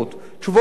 תשובות אמיתיות,